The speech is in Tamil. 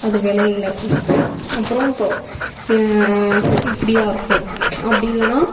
அது விளையல அப்றம் இப்படியா இருக்கும் அப்படி இல்லை னா